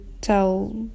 tell